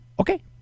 okay